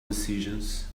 decisions